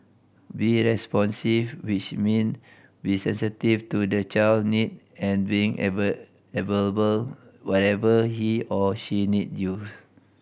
be responsive which mean be sensitive to the child need and being available whenever he or she need you